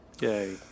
Yay